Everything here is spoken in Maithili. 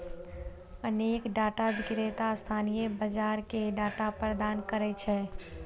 अनेक डाटा विक्रेता स्थानीय बाजार कें डाटा प्रदान करै छै